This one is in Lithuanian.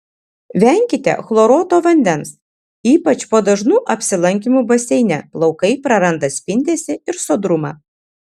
venkite chloruoto vandens ypač po dažnų apsilankymų baseine plaukai praranda spindesį ir sodrumą